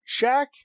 Shaq